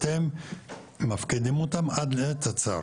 אתם מפקידים אותם עד לתצ"ר.